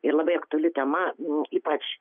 ir labai aktuali tema ypač